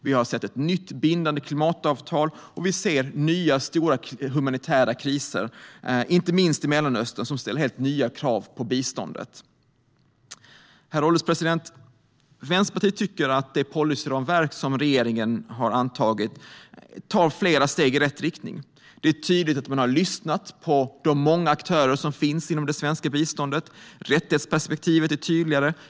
Vi har sett ett nytt bindande klimatavtal, och vi ser nya stora humanitära kriser, inte minst i Mellanöstern, som ställer helt nya krav på biståndet. Herr ålderspresident! Vänsterpartiet tycker att det policyramverk som regeringen har antagit tar flera steg i rätt riktning. Det är tydligt att man har lyssnat på de många aktörer som finns inom det svenska biståndet. Rättighetsperspektivet är tydligare.